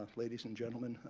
ladies and gentlemen,